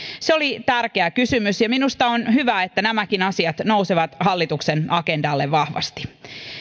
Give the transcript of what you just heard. se oli tärkeä kysymys ja minusta on hyvä että nämäkin asiat nousevat hallituksen agendalle vahvasti